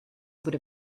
bude